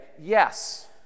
yes